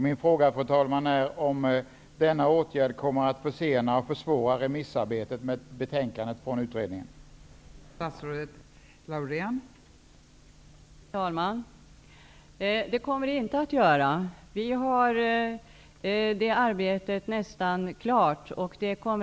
Min fråga är om denna åtgärd kommer att försena och försvåra remissarbetet när det gäller utredningens betänkande.